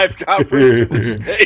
Conference